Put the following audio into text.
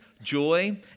Joy